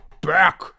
Back